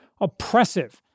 oppressive